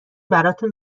براتون